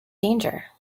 danger